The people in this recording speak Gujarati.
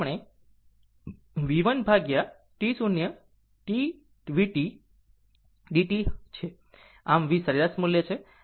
આમ જ આપણે V 1 ભાગ્યા T 0 to T vdt છે આ એક V સરેરાશ મૂલ્ય છે